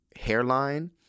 hairline